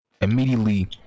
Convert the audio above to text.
immediately